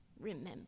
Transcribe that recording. remember